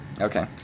Okay